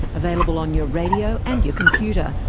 available on your radio and your computer,